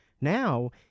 Now